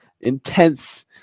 intense